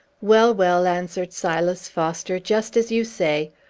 well, well, answered silas foster just as you say.